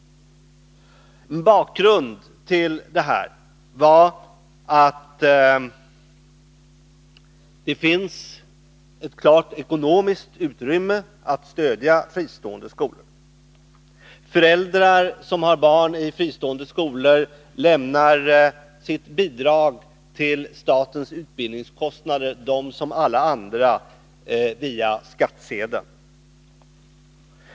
Bakgrunden till detta var att det finns ett klart ekonomiskt utrymme för att stödja fristående skolor. Föräldrar som har barn i fristående skolor lämnar — de som alla andra — sitt bidrag till statens utbildningskostnader via skattsedeln.